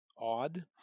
odd